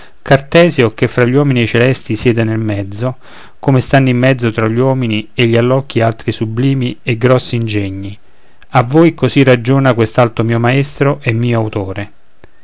cartesio che fra gli uomini e i celesti siede nel mezzo come stanno in mezzo tra gli uomini e gli allocchi altri sublimi e grossi ingegni a voi così ragiona quest'alto mio maestro e mio autore